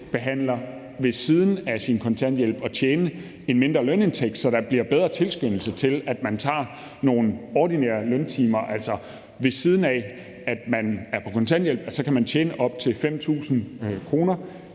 behandler, ved siden af sin kontanthjælp at have en mindre lønindtægt, så der bliver bedre tilskyndelse til, at man tager nogle ordinære løntimer. Ved siden af at man er på kontanthjælp, kan man have op til 5.000 kr.